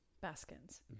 Baskins